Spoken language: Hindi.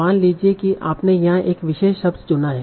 मान लीजिए कि आपने यहाँ एक विशेष शब्द चुना है